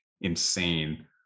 insane